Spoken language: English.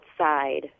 outside